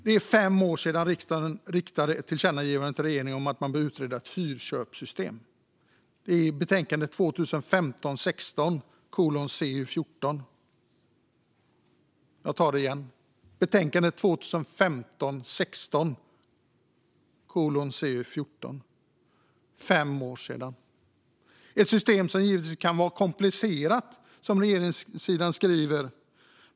Det är fem år sedan riksdagen i betänkande 2015 16:CU14. Det är fem år sedan. Det här är ett system som givetvis kan vara komplicerat, som regeringssidan skriver.